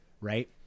right